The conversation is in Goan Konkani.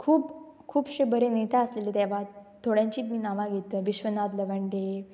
खूब खुबशे बरें नेता आसलेले देवा थोड्यांचीत बी नांवां मी घेता विश्वनाथ लवांडे